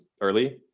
early